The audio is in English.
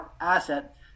asset